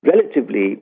relatively